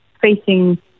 facing